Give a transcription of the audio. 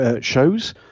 shows